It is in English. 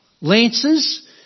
lances